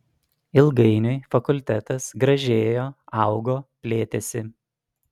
ilgainiui fakultetas gražėjo augo plėtėsi